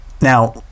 Now